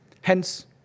Hence